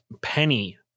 Penny